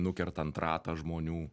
nukertant ratą žmonių